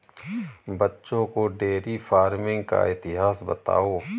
बच्चों को dairy farming का इतिहास बताओ